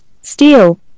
steel